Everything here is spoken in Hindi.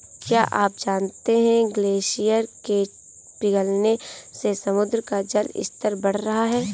क्या आप जानते है ग्लेशियर के पिघलने से समुद्र का जल स्तर बढ़ रहा है?